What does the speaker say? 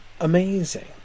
amazing